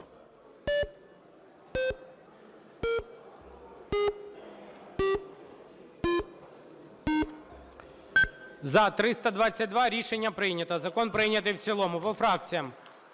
За-322 Рішення прийнято. Закон прийнятий в цілому. По фракціям.